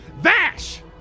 Vash